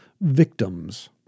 victims